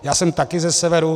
Já jsem také ze severu.